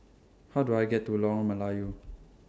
How Do I get to Lorong Melayu